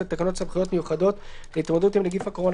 לתקנות סמכויות מיוחדות להתמודדות עם נגיף הקורונה